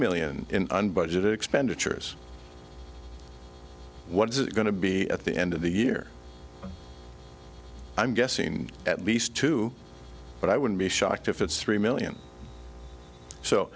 million and budget expenditures what is going to be at the end of the year i'm guessing at least two but i wouldn't be shocked if it's three million so